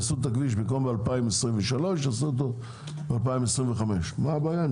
יעשו אותו ב-2025 במקום ב-2023 - מה הבעיה?